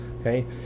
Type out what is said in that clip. okay